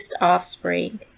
offspring